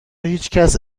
هیچکس